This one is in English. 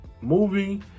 movie